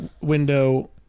window